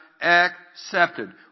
accepted